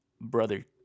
brother